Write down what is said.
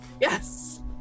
yes